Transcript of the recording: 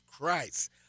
Christ